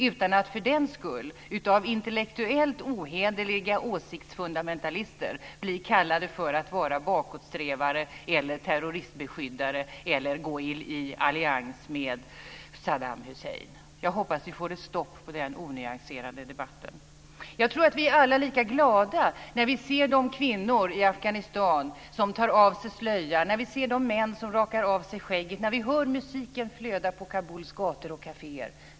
utan att för den skull av intellektuellt ohederliga åsiktsfundamentalister bli kallad för bakåtsträvare eller terroristbeskyddare eller bli beskylld för att gå i allians med Saddam Hussein. Jag hoppas att vi får ett stopp på den onyanserade debatten. Jag tror att vi alla är lika glada när vi ser att kvinnor i Afghanistan tar av sig slöjan, när vi ser att män rakar av sig skägget och hör musiken flöda på Kabuls gator och kaféer.